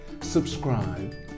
subscribe